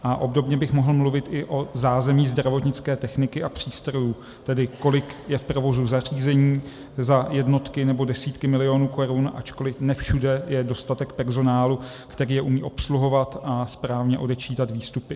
A obdobně bych mohl mluvit i o zázemí zdravotnické techniky a přístrojů, tedy kolik je v provozu zařízení za jednotky nebo desítky milionů korun, ačkoliv ne všude je dostatek personálu, který je umí obsluhovat a správně odečítat výstupy.